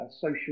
social